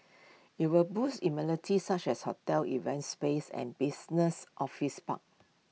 IT will boast amenities such as hotels events spaces and business office park